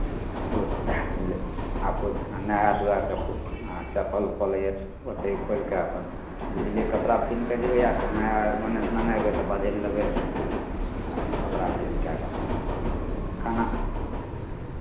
फू लए आ पू नहाय धुआय कऽ फूल हँ चप्पल उप्पल ओतहि खोलि कऽ अपन भिजले कपड़ा पिन्ह कऽ जेबै या नया ओन्नऽ सँ नेने अयबै तऽ बदलि लेबै आ कपड़ा चेंज कए कऽ अपन खाना